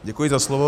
Děkuji za slovo.